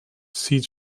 sieht